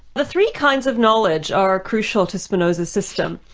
the three kinds of knowledge are crucial to spinoza's system.